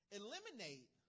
eliminate